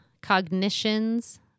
cognitions